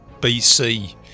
BC